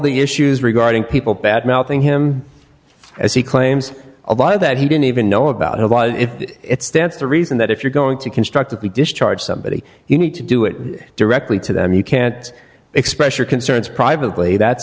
the issues regarding people badmouthing him as he claims a law that he didn't even know about it stands to reason that if you're going to constructively discharge somebody you need to do it directly to them you can't express your concerns privately that